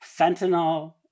Fentanyl